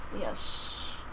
yes